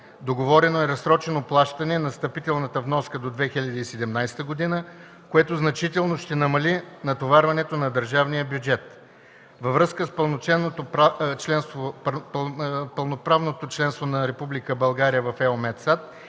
Договорено е разсрочено плащане на встъпителната вноска до 2017 г., което значително ще намали натоварването на държавния бюджет. Във връзка с пълноправното членство на Република